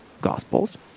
Gospels